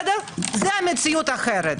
זה מציאות אחרת.